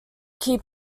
keep